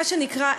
מה שנקרא,